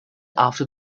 after